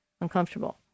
uncomfortable